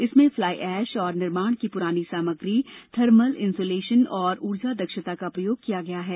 इसमें fly ash और निर्माण की पुरानी सामग्री थर्मल इन्सुलेशन और ऊर्जा दक्षता का प्रयोग किया गया है